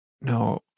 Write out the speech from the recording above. no